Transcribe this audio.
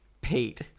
Pete